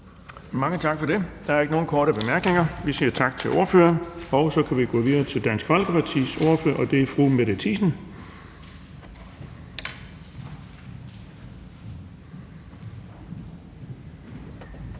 Mange tak for det, og der er ikke nogen korte bemærkninger. Tak til ordføreren. Så kan vi gå videre til Det Konservative Folkepartis ordfører, og det er fru Tina